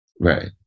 right